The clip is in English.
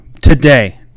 today